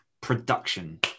production